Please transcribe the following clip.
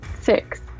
six